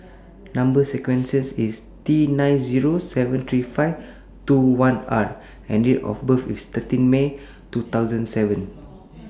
Number sequence IS T nine Zero seven three five two one R and Date of birth IS thirteen March two thousand and seven